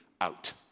out